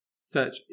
search